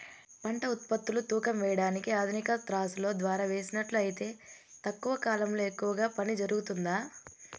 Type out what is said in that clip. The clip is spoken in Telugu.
పంట ఉత్పత్తులు తూకం వేయడానికి ఆధునిక త్రాసులో ద్వారా వేసినట్లు అయితే తక్కువ కాలంలో ఎక్కువగా పని జరుగుతుందా?